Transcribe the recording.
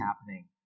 happening